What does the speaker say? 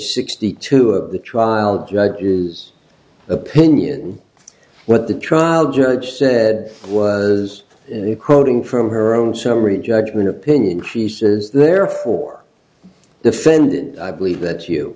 sixty two of the trial judge is opinion what the trial judge said was quoting from her own summary judgment opinion she says is there for the offended i believe that you